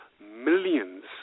millions